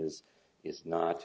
is is not